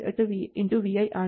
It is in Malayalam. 8vi ആണ്